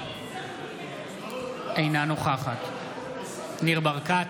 אינה נוכחת ניר ברקת,